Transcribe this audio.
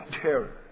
terror